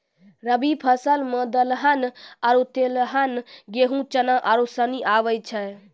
रवि फसल मे दलहन आरु तेलहन गेहूँ, चना आरू सनी आबै छै